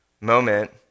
moment